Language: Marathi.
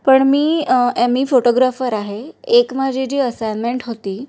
पण मी एम ई फोटोग्राफर आहे एक माझी जी असायनमेंट होती